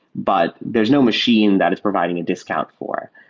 but there's no machine that it's providing a discount for.